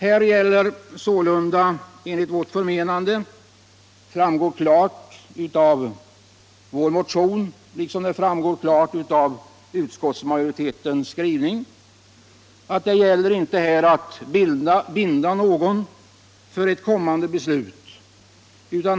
Här gäller det sålunda enligt vårt förmenande — det framgår bl.a. av vår motion och av utskottets skrivning — att inte binda någon för ett | kommande beslut.